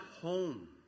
home